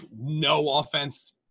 no-offense